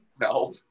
No